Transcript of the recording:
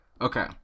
Okay